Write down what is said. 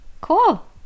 cool